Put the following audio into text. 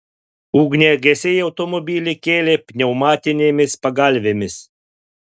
ugniagesiai automobilį kėlė pneumatinėmis pagalvėmis